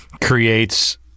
creates